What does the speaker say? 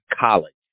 College